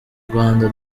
rwanda